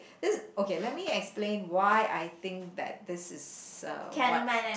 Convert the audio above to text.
this is okay let me explain why I think that this is a what